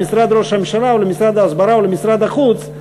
למשרד ראש הממשלה או למשרד ההסברה או למשרד החוץ,